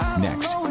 next